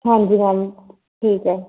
ਹਾਂਜੀ ਮੈਮ ਠੀਕ ਹੈ